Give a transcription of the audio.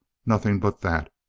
nothing but that.